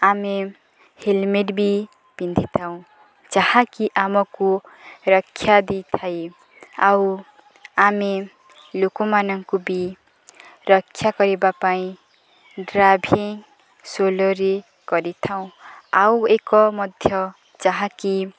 ଆମେ ହେଲମେଟ୍ ବି ପିନ୍ଧିଥାଉଁ ଯାହାକି ଆମକୁ ରକ୍ଷା ଦେଇଥାଏ ଆଉ ଆମେ ଲୋକମାନଙ୍କୁ ବି ରକ୍ଷା କରିବା ପାଇଁ ଡ୍ରାଇଭିଙ୍ଗ ସୋଲରେ କରିଥାଉଁ ଆଉ ଏକ ମଧ୍ୟ ଯାହାକି